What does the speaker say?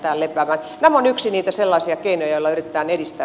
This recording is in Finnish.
tämä on yksi niitä sellaisiakin ei ole yhtään edistä